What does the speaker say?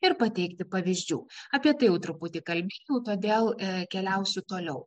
ir pateikti pavyzdžių apie tai truputį kalbėjau todėl keliausiu toliau